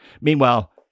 Meanwhile